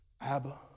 Abba